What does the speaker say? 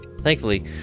Thankfully